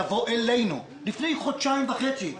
לבוא אלינו לפני חודשיים וחצי,